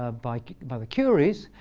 ah by like by the curies.